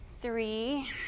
Three